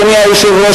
אדוני היושב-ראש,